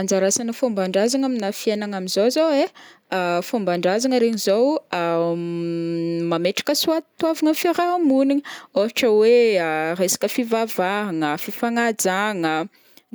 Anjara asan'ny fômbandrazagna amina fiainagna amzao zao ai, fombandrazagna regny zao mametraka soatoviagna am fiarahamonigny, ohatra hoe resaka fivavahagna, fifagnajagna,